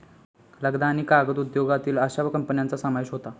लगदा आणि कागद उद्योगातील अश्या कंपन्यांचा समावेश होता